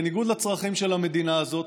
בניגוד לצרכים של המדינה הזאת,